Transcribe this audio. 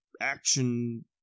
action